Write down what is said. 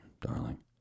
darling